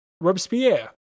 Robespierre